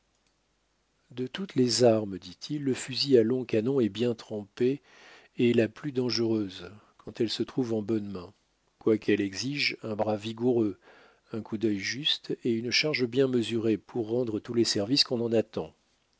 de toutes les armes dit-il le fusil à long canon et bien trempé est la plus dangereuse quand elle se trouve en bonnes mains quoiqu'elle exige un bras vigoureux un coup d'œil juste et une charge bien mesurée pour rendre tous les services qu'on en attend